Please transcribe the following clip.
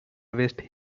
wished